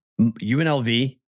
UNLV